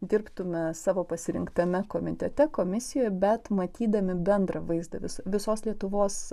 dirbtume savo pasirinktame komitete komisijoje bet matydami bendrą vaizdą vis visos lietuvos